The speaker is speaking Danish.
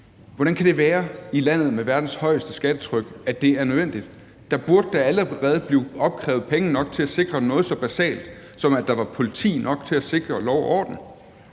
er nødvendigt i landet med verdens højeste skattetryk? Der burde da allerede blive opkrævet penge nok til at sikre noget så basalt, som at der var politi nok til at sikre lov og orden.